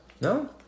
no